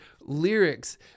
lyrics